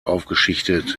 aufgeschichtet